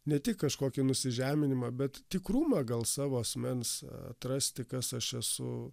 ne tik kažkokį nusižeminimą bet tikrumą gal savo asmens atrasti kas aš esu